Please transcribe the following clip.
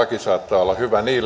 on